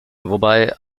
wobei